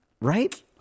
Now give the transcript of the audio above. Right